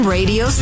Radio